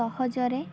ସହଜରେ